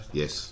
yes